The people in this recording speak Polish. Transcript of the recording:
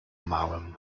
małym